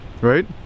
right